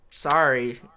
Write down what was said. Sorry